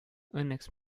õnneks